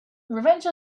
revenge